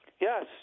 Yes